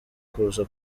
kuza